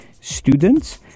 students